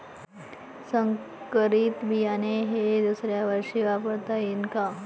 संकरीत बियाणे हे दुसऱ्यावर्षी वापरता येईन का?